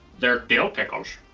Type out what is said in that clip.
they're dill pickles,